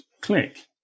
click